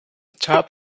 top